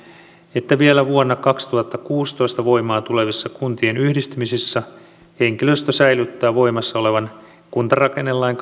että vielä vuonna kaksituhattakuusitoista voimaan tulevissa kuntien yhdistymisissä henkilöstö säilyttää voimassa olevan kuntarakennelain